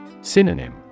Synonym